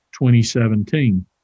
2017